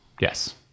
Yes